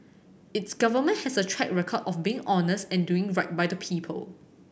its Government has a track record of being honest and doing right by the people